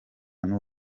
n’u